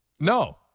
No